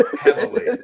Heavily